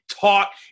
talk